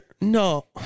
No